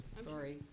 Sorry